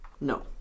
No